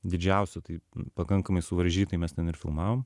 didžiausio tai pakankamai suvaržytai mes ten ir filmavom